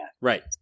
Right